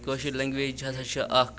کٲشِر language ہَسا چھِ اَکھ